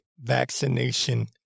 vaccination